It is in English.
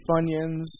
Funyuns